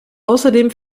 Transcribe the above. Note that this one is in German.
außerdem